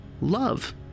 Love